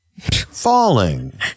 Falling